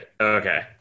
Okay